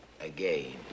Again